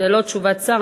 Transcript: ללא תשובת שר.